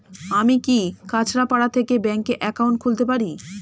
আমি কি কাছরাপাড়া থেকে ব্যাংকের একাউন্ট খুলতে পারি?